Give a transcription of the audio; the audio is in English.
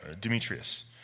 Demetrius